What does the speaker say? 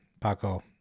Paco